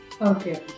Okay